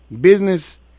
business